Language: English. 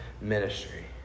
Ministry